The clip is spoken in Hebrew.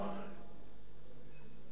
אלפים,